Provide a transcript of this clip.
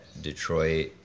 Detroit